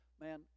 man